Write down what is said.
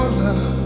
love